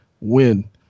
win